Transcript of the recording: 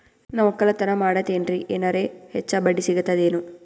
ನಾ ಒಕ್ಕಲತನ ಮಾಡತೆನ್ರಿ ಎನೆರ ಹೆಚ್ಚ ಬಡ್ಡಿ ಸಿಗತದೇನು?